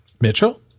Mitchell